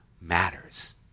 matters